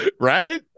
Right